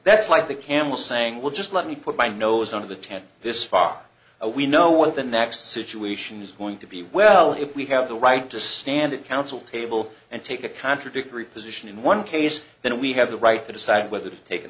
that's like the camel saying well just let me put my nose under the tent this fox a we know what the next situation is going to be well if we have the right to stand at counsel table and take a contradictory position in one case then we have the right to decide whether to take an